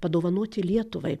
padovanoti lietuvai